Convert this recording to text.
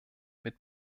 mit